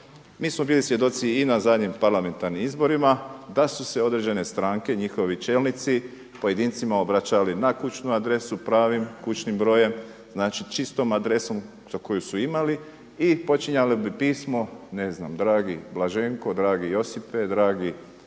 Mi smo bili svjedoci i na zadnjim parlamentarnim izborima da su se određene stranke, njihovi čelnici pojedincima obraćali na kućnu adresu pravim kućnim brojem. Znači čistom adresom koju su imali i počinjali bi pismo ne znam dragi Blaženko, dragi Josipe, dragi